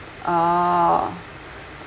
orh